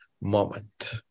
moment